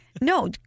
No